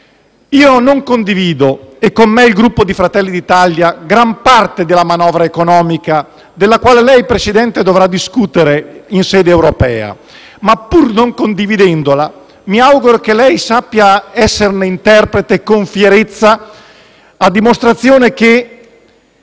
Io non condivido - e con me il Gruppo Fratelli d'Italia - gran parte della manovra economica, della quale lei, Presidente, dovrà discutere in sede europea; ma, pur non condividendola, mi auguro che lei sappia esserne interprete con fierezza, a dimostrazione che